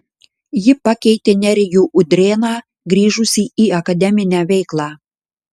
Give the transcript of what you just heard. ji pakeitė nerijų udrėną grįžusį į akademinę veiklą